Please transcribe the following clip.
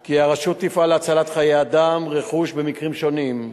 כי הרשות תפעל להצלת חיי אדם ורכוש במקרים שונים,